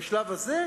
בשלב הזה,